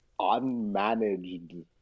unmanaged